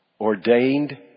ordained